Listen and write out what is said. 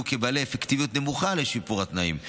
כבעלי אפקטיביות נמוכה לשיפור התנאים.